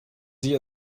sie